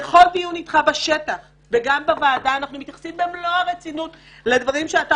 בכל דיון איתך בשטח אנחנו מתייחסים במלוא הרצינות לדברים שאתה